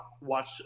watch